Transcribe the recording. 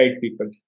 people